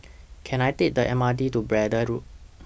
Can I Take The M R T to Braddell Road